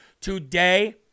today